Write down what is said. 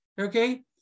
Okay